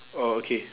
oh okay